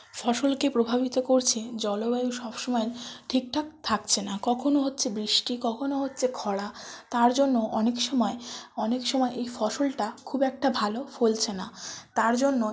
ফসলকে প্রভাবিত করছে জলবায়ু সবসময় ঠিকঠাক থাকছে না কখনও হচ্ছে বৃষ্টি কখনও হচ্ছে খরা তার জন্য অনেক সময় অনেক সময় এই ফসলটা খুব একটা ভালো ফলছে না তার জন্য